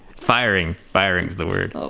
firing! firing is the word!